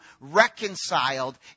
reconciled